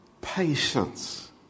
patience